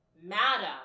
Madam